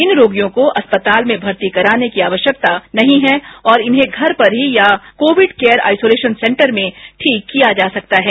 इन रोगियों को अस्पताल में भर्ती कराने की आवश्यकता नहीं है और इन्हें घर पर ही या कोविड केयर आइसोलेशन सेंटर में ठीक किया जा सकता है